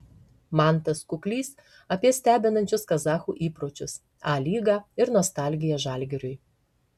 mantas kuklys apie stebinančius kazachų įpročius a lygą ir nostalgiją žalgiriui